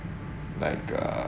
like a